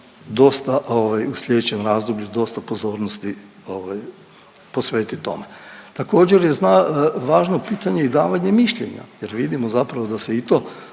ovaj, u sljedećem razdoblju dosta pozornosti ovaj posvetit tome. Također, je važno pitanje i davanje mišljenja jer vidimo zapravo da se i to